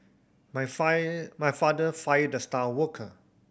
my fire my father fired the star worker